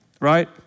right